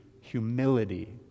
humility